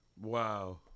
wow